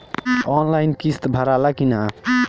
Online किस्त भराला कि ना?